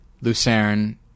Lucerne